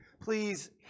Please